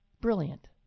Brilliant